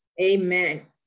Amen